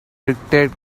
dictate